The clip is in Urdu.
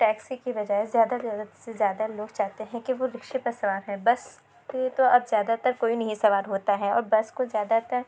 ٹیکسی کے بجائے زیادہ سے زیادہ لوگ چاہتے ہیں کہ وہ رکشے پر سوار ہیں بس پہ تو اب زیادہ تر کوئی نہیں سوار ہوتا ہے اور بس کو زیادہ تر